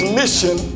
mission